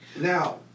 Now